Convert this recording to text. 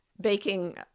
baking